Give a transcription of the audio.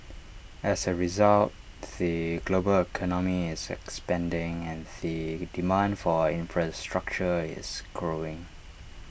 as A result the global economy is expanding and the demand for infrastructure is growing